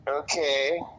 Okay